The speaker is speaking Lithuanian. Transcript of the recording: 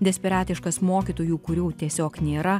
desperatiškas mokytojų kurių tiesiog nėra